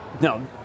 No